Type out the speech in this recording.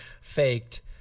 faked